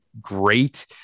great